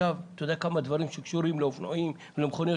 כמה דברים שקשורים לאופנועים ולמכוניות